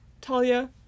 Talia